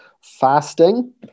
fasting